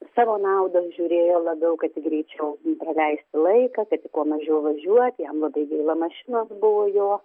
į savo naudą žiūrėjo labiau kad tik greičiau praleisti laiką kad tik kuo mažiau važiuoti jam labai gaila mašinos buvo jo